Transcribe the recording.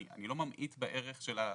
אני לא ממעיט בערך של זה,